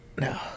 No